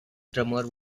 drummer